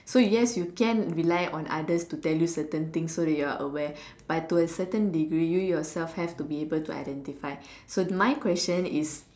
so yes you can rely on others to tell you certain things so that you are aware but to a certain degree you yourself have to be able to identify so my question is